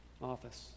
office